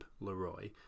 Leroy